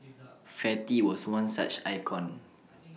fatty was one such icon